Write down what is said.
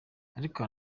ariko